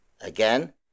Again